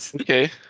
Okay